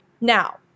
Now